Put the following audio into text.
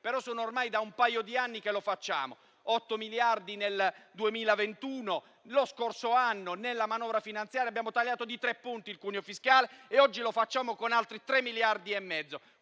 però ormai un paio di anni che lo facciamo: per 8 miliardi di euro nel 2021, lo scorso anno, nella manovra finanziaria, abbiamo tagliato di 3 punti il cuneo fiscale e oggi lo facciamo con altri 3,5 miliardi di euro.